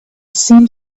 seemed